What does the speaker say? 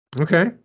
Okay